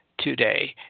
Today